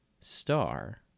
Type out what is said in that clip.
star